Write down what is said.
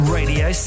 Radio